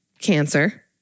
cancer